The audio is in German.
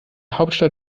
hauptstadt